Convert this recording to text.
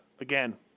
again